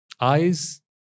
eyes